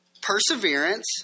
perseverance